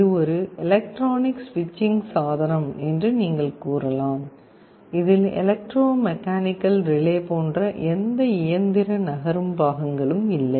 இது ஒரு எலக்ட்ரானிக் ஸ்விட்சிங் சாதனம் என்று நீங்கள் கூறலாம் இதில் எலக்ட்ரோ மெக்கானிக்கல் ரிலே போன்ற எந்த இயந்திர நகரும் பாகங்களும் இல்லை